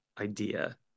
idea